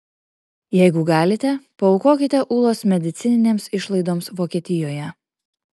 jeigu galite paaukokite ūlos medicininėms išlaidoms vokietijoje